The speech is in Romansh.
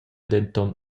denton